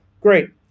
Great